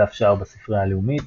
דף שער בספרייה הלאומית